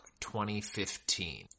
2015